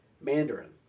Mandarin